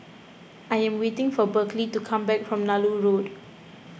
I am waiting for Berkley to come back from Nallur Road